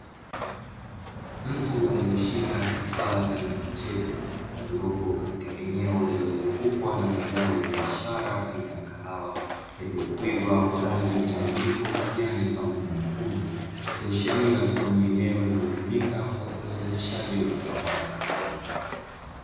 Mtu aliyeshika kifaa aina ya chepe, aliopo katika eneo lililozungukwa na mazao ya biashara aina ya kahawa yalioiva kwa rangi mchanganyiko kijani pamoja na nyekundu. Kuashiria kuwa ni eneo linalotumika kwa ajili ya uzalishaji wa mazao hayo.